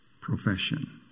profession